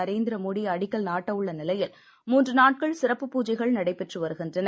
நரேந்திரமோடிஅடிக்கல் நாட்டவுள்ளநிலையில் மூன்றுநாட்கள் சிறப்பு பூஜைகள் நடைபெற்றுவருகின்றன